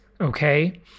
Okay